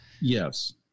Yes